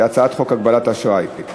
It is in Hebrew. הצעת חוק הגבלת אשראי למוסדות המדינה.